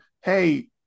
hey